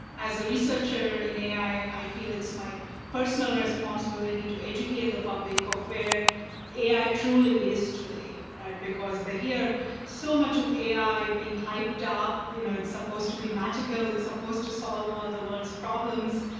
as a researcher in a i, i feel it's my personal responsibility to educate the public of where a i. truly is today, right? because they hear so much of a i. being hyped up, you know, it's supposed to be magical, it's supposed to solve all ah the world's problems.